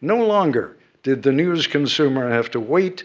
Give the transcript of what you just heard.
no longer did the news consumer have to wait